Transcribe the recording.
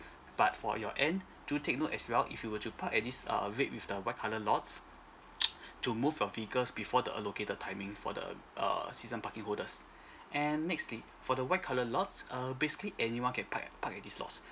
but for your end do take note as well if you were to park at these err red with the white colour lots to move your figure before the allocated timing for the err season parking holders and nextly for the white colour lots err basically anyone can park park at these lots